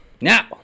Now